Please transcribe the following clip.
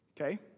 okay